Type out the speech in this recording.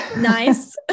Nice